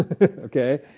Okay